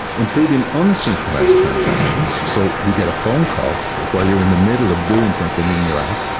including unsynchronized transactions. so you get a phone call while you're in the middle of doing something in your app,